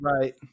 Right